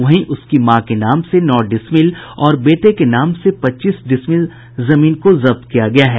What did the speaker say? वहीं उसकी मां के नाम से नौ डिसमिल और बेटे के नाम से पच्चीस डिसमिल जमीन को जब्त किया गया है